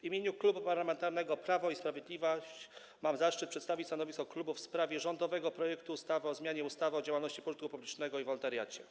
W imieniu Klubu Parlamentarnego Prawo i Sprawiedliwość mam zaszczyt przedstawić stanowisko klubu w sprawie rządowego projektu ustawy o zmianie ustawy o działalności pożytku publicznego i o wolontariacie,